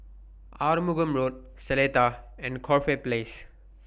Arumugam Road Seletar and Corfe Place